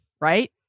right